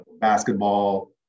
basketball